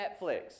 Netflix